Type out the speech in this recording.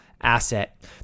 asset